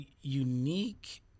unique